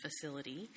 facility